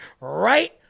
right